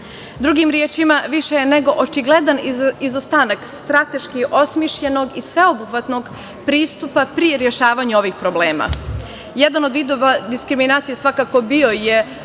Drugim rečima, više je nego očigledan izostanak strateški osmišljenog i sveobuhvatnog pristupa pri rešavanju ovih problema. Jedan od vidova diskriminacije svakako bio je